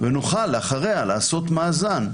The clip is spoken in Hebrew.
ונוכל אחריה לעשות מאזן,